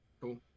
cool